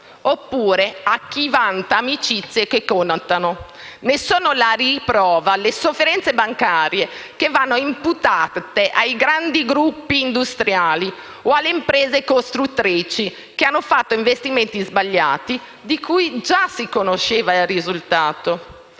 oppure a chi vanta amicizie che contano. Ne sono la riprova le sofferenze bancarie che vanno imputate ai grandi gruppi industriali o alle imprese costruttrici che hanno fatto investimenti sbagliati di cui già si conosceva il risultato.